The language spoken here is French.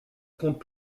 compte